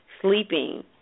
sleeping